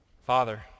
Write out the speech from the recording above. father